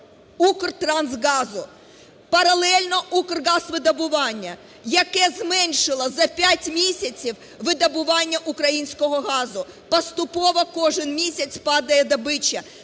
"Укртрансгазу". Паралельно "Укргазвидобування", яке зменшило за п'ять місяців видобування українського газу, поступово кожен місяць падає добича.